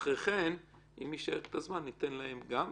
אחריכן, אם יישאר זמן אנחנו ניתן להן גם.